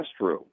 restroom